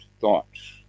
thoughts